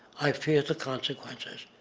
i fear the consequences.